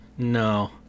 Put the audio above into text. No